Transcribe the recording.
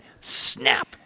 Snap